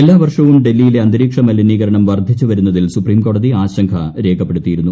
എല്ലാ വർഷവും ഡൽഹിയിലെ അന്തരീക്ഷ മലിനീകരണം വർധിച്ചു വരുന്നതിൽ സുപ്രീം കോടതി ആശങ്ക രേഖപ്പെടുത്തിയിരുന്നു